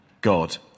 God